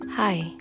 Hi